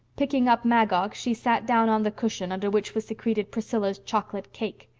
picking up magog, she sat down on the cushion under which was secreted priscilla's chocolate cake.